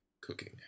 cooking